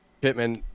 Pittman